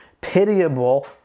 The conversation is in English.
pitiable